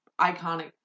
iconic